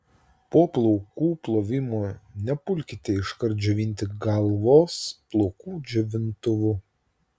po plaukų plovimo nepulkite iškart džiovinti galvos plaukų džiovintuvu